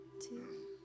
two